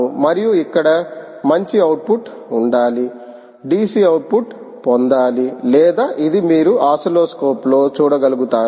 మరియు ఇక్కడ మంచి అవుట్పుట్ ఉండాలి DC అవుట్పుట్ పొందాలి లేదా ఇది మీరు ఓసిల్లోస్కోప్లో చూడగలుగుతారు